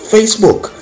Facebook